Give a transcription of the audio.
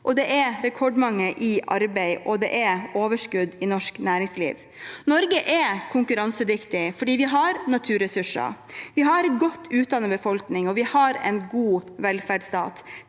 eksport, rekordmange i arbeid og overskudd i norsk næringsliv. Norge er konkurransedyktig fordi vi har naturressurser, vi har en godt utdannet befolkning, og vi har en god velferdsstat.